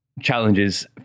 challenges